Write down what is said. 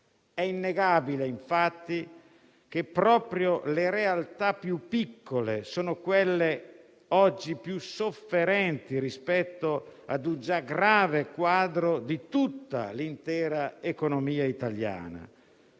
È innegabile, infatti, che proprio le realtà più piccole sono oggi le più sofferenti rispetto a un quadro di tutta l'intera economia italiana